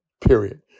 period